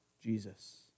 Jesus